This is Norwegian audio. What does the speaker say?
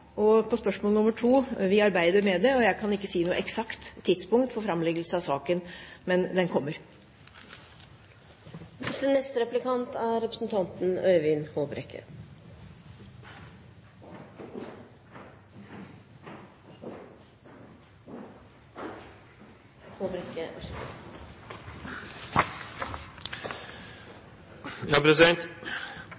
Og til spørsmål nr. 2: Vi arbeider med det. Jeg kan ikke si noe eksakt tidspunkt for framleggelse av saken, men den kommer. I innstillingen fra komiteen, som i store trekk er